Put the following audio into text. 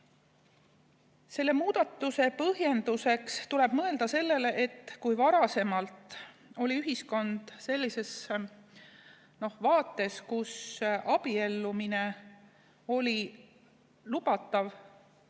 Selle muudatuse põhjenduseks tuleb mõelda sellele, et varasemalt oli ühiskonnas selline vaade, et abiellumine oli lubatav